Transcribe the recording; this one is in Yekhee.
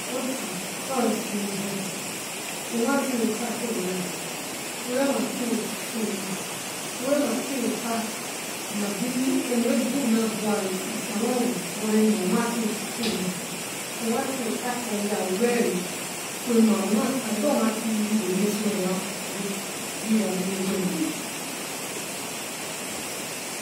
Otsa umatin orese emebu urati rotsa khweya ure rati rotsa fue ma unematirotsa nabi emoibu na bi who rarotsa rese amouwore ma umati rotsa fuo ema nuati ari gho mati rire meso eyara orosta uri aviri nor rue nare.